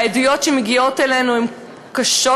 העדויות שמגיעות אלינו הן קשות,